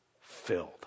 filled